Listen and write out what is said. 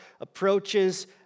approaches